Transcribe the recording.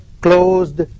closed